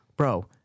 Bro